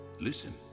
listen